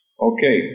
Okay